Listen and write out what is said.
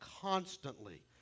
constantly